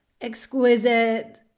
exquisite